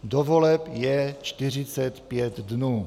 Do voleb je 45 dnů.